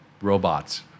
robots